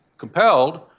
compelled